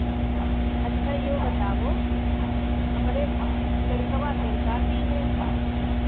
अच्छा यो बताओ हमरे लड़िकवा केर शादी है